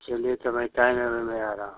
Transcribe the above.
चलिए तो अभी टाइम है अभी मैं आ रहा